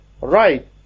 Right